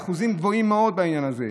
אחוזים גבוהים מאוד בעניין הזה.